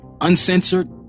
Uncensored